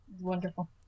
Wonderful